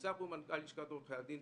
נמצא פה מנכ"ל לשכת עורכי הדין.